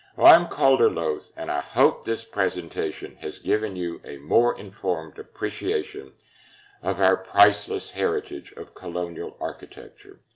i'm calder loth, and i hope this presentation has given you a more informed appreciation of our priceless heritage of colonial architecture,